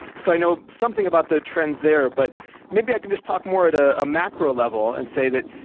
so i know something about the trends there, but maybe i can just talk more at ah a macro level and say that,